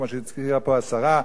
כמו שהזכירה פה השרה,